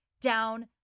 down